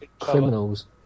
criminals